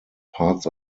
parts